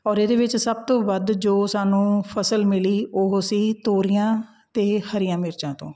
ਔਰ ਇਹਦੇ ਵਿੱਚ ਸਭ ਤੋਂ ਵੱਧ ਜੋ ਸਾਨੂੰ ਫ਼ਸਲ ਮਿਲੀ ਉਹ ਸੀ ਤੋਰੀਆਂ ਅਤੇ ਹਰੀਆਂ ਮਿਰਚਾਂ ਤੋਂ